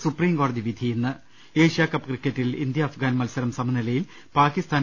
supreme കോടതി വിധി ഇന്ന് ഏഷ്യാകപ്പ് ക്രിക്കറ്റിൽ ഇന്ത്യ അഫ്ഗാൻ മത്സരം സമനിലയിൽ പാകിസ്ഥാൻ